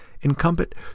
incumbent